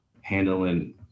handling